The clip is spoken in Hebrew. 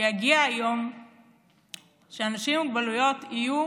שיגיע היום שאנשים עם מוגבלויות יהיו